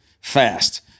fast